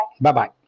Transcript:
Bye-bye